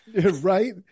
Right